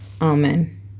Amen